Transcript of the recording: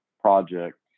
project